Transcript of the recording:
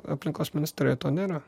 aplinkos ministerijoj to nėra